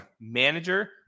manager